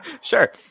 sure